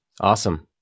Awesome